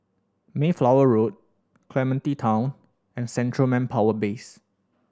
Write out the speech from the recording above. Mayflower Road Clementi Town and Central Manpower Base